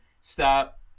stop